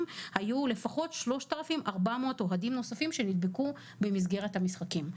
היו לפחות 3,400 אוהדים נוספים שנדבקו בקרב המשחקים.